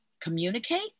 communicate